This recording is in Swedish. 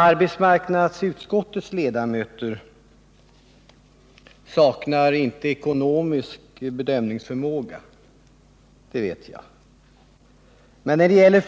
Arbetsmarknadsutskottets ledamöter saknar inte ekonomisk bedömningsförmåga — det vet jag — men när det gäller